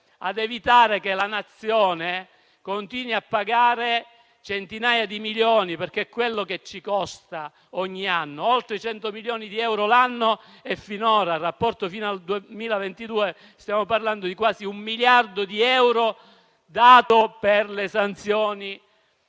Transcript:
ad evitare che la Nazione continui a pagare centinaia di milioni, perché questo è quello che ci costa ogni anno, oltre 100 milioni di euro l'anno. Finora, al 2022, stiamo parlando di quasi un miliardo di euro dato per le sanzioni